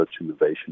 innovation